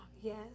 Yes